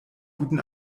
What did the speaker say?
guten